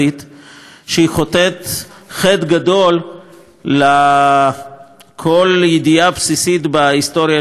שחוטאת חטא גדול לכל ידיעה בסיסית בהיסטוריה של העם היהודי.